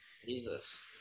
Jesus